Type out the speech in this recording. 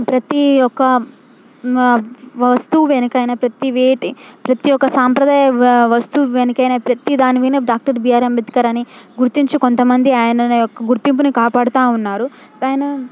ప్రతీ ఒక మా వస్తువు వెనుక యినా ప్రతీ వేటి ప్రతీ ఒక సాంప్రదాయక వా వస్తువు వెనుక అయినా ప్రతీ దాని మీద డాక్టర్ బీఆర్ అంబేద్కర్ అని గుర్తించి కొంత మంది ఆయనని యొక్క గుర్తింపుని కాపాడుతూ ఉన్నారు ఆయన